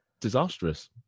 disastrous